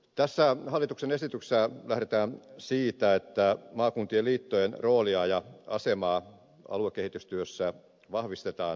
tässä hallituksen esityksessä lähdetään siitä että maakuntien liittojen roolia ja asemaa aluekehitystyössä vahvistetaan ja lisätään